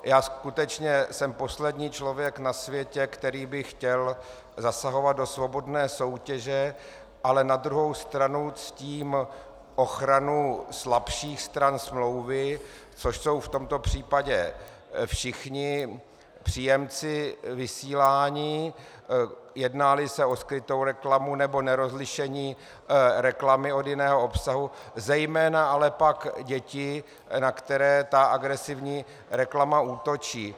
Já skutečně jsem poslední člověk na světě, který by chtěl zasahovat do svobodné soutěže, ale na druhou stranu ctím ochranu slabších stran smlouvy, což jsou v tomto případě všichni příjemci vysílání, jednáli se o skrytou reklamu nebo nerozlišení reklamy od jiného obsahu, zejména ale pak děti, na které ta agresivní reklama útočí.